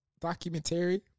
documentary